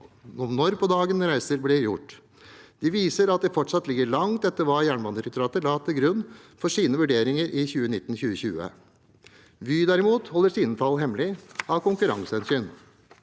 når på dagen reiser blir gjort. De viser at de fortsatt ligger langt etter hva Jernbanedirektoratet la til grunn for sine vurderinger i 2019–2020. Vy holder derimot sine tall hemmelig av konkurransehensyn.